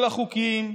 כל החוקים,